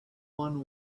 one